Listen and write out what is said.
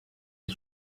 est